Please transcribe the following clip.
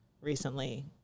recently